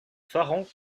faron